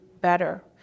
better